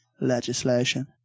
Legislation